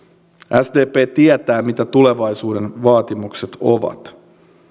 sdp tietää mitä tulevaisuuden vaatimukset ovat